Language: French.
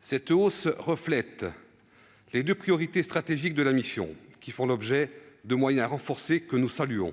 Cette hausse reflète les deux priorités stratégiques de la mission, qui font l'objet de moyens renforcés que nous saluons.